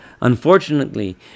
Unfortunately